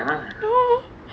no